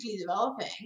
developing